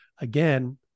Again